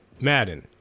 Madden